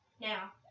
Now